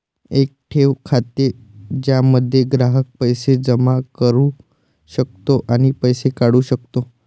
एक ठेव खाते ज्यामध्ये ग्राहक पैसे जमा करू शकतो आणि पैसे काढू शकतो